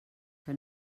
que